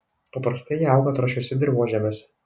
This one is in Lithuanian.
paprastai jie auga trąšiuose dirvožemiuose